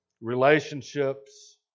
relationships